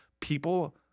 people